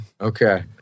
Okay